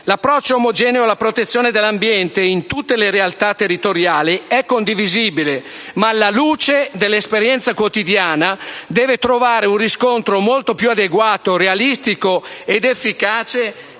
L'approccio omogeneo alla protezione dell'ambiente in tutte le realtà territoriali è condivisibile. Ma, alla luce dell'esperienza quotidiana, deve trovare un riscontro molto più adeguato, realistico ed efficace,